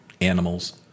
animals